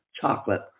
chocolate